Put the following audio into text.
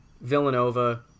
Villanova